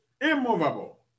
immovable